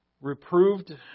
reproved